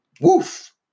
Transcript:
Woof